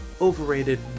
overrated